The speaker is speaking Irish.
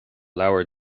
leabhar